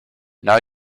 now